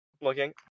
looking